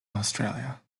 australia